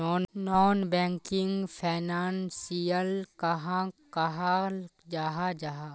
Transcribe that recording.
Non banking financial कहाक कहाल जाहा जाहा?